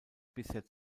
bisher